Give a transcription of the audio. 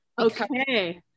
Okay